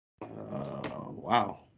Wow